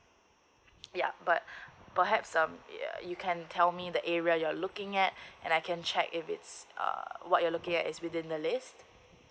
yeah but perhaps um ya you can tell me the area you're looking at and I can check if it's uh what you're looking at is within the list